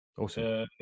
awesome